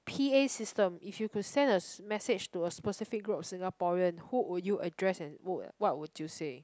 p_a system if you could send a message to a specific group of the singaporean who would you address and would what would you say